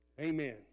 Amen